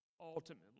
ultimately